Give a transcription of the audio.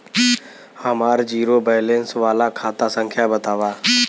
हमार zero balance वाला खाता संख्या वतावा?